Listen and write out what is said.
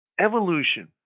evolution